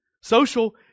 Social